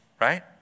right